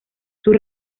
sus